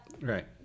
Right